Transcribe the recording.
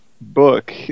book